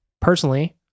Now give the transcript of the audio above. Personally